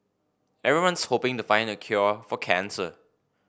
everyone's hoping to find the cure for cancer